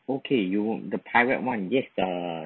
okay you w~ the pirate one yes err